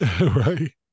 Right